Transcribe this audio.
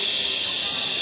ששש.